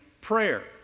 prayer